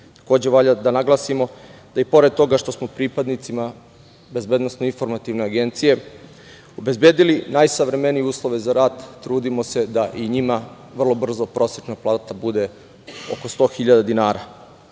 Takođe, valja da naglasim, da i pored toga što smo pripadnicima BIA obezbedili najsavremenije uslove za rad, trudimo se da i njima vrlo brzo prosečna plata bude oko 100.000 dinara. Ono